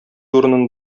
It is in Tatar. урынын